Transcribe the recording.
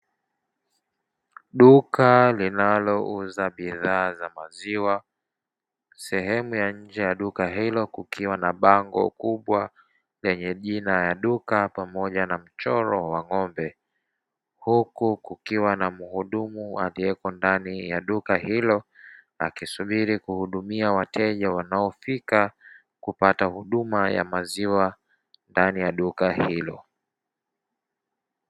Duka linalouza bidhaa za maziwa sehemu ya nje ya duka hilo kukiwa na bango kubwa lenye jina ya duka pamoja na mchoro wa ng'ombe, huku kukiwa na mhudumu ndani ya duka hilo akisubiri kuhudumia wateja wanaofika kupata huduma ya maziwa ndani ya duka hilo.